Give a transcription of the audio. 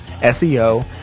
SEO